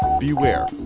beware.